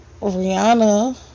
Rihanna